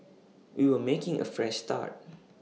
we were making A Fresh Start